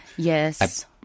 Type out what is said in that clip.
Yes